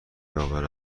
داور